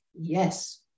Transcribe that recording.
Yes